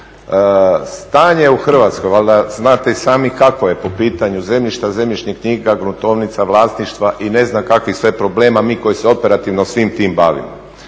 Stanje u Hrvatskoj, valjda znate i sami kakvo je po pitanju zemljišta, zemljišnih knjiga, gruntovnica, vlasništva i ne znam kakvih sve problema mi koji se operativno svim tim bavimo.